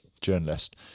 journalist